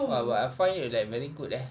!wah! but I find it like very good leh